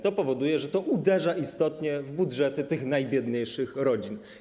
To powoduje, że to uderza istotnie w budżety tych najbiedniejszych rodzin.